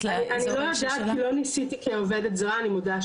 אני מודה שאני בודקת את זה בדרך כלל בעברית,